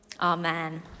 Amen